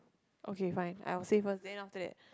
okay fine I will say first then after that